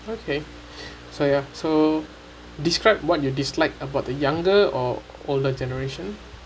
okay so ya so describe what you dislike about the younger or older generation